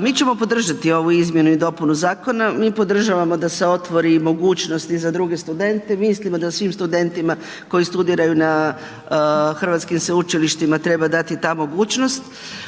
Mi ćemo podržati ovu izmjenu i dopunu zakona, mi podržavamo da se otvori mogućnost i za druge studente, mislimo da svim studentima koji studiraju na hrvatskim sveučilištima treba dati ta mogućnost.